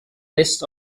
list